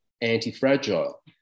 anti-fragile